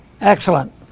Excellent